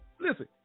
listen